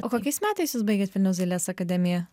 o kokiais metais jūs baigėt vilniaus dailės akademiją